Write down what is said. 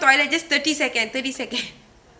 toilet just thirty second thirty second